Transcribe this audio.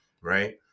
right